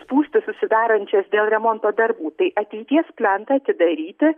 spūstis susidarančias dėl remonto darbų tai ateities plentą atidaryti